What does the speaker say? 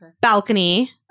balcony